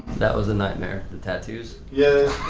that was a nightmare, the tattoos? yeah,